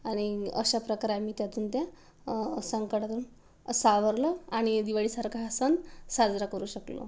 आणि अश्या प्रकारे आम्ही त्यातून त्या संकटातून सावरलं आणि दिवाळीसारखा हा सण साजरा करू शकलो